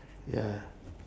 ya